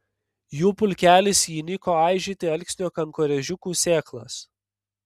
jų pulkelis įniko aižyti alksnio kankorėžiukų sėklas